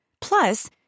Plus